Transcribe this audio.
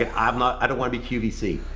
ah i'm not, i don't wanna be qvc.